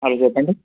hello చెప్పండి